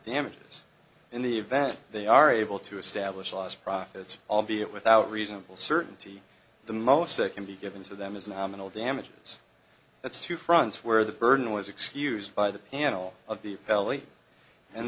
damages in the event they are able to establish lost profits albeit without reasonable certainty the most that can be given to them is nominal damages that's two fronts where the burden was excused by the panel of the belly and